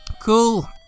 Cool